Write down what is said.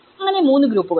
അങ്ങനെ 3 ഗ്രൂപ്പുകൾ